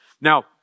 Now